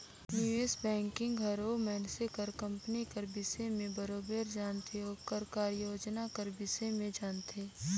निवेस बैंकिंग हर ओ मइनसे कर कंपनी कर बिसे में बरोबेर जानथे ओकर कारयोजना कर बिसे में जानथे